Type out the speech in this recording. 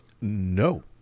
No